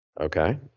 Okay